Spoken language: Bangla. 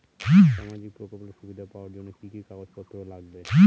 সামাজিক প্রকল্পের সুবিধা পাওয়ার জন্য কি কি কাগজ পত্র লাগবে?